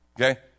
okay